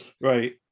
Right